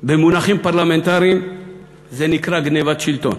במונחים פרלמנטריים זה נקרא גנבת שלטון.